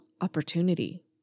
opportunity